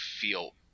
feel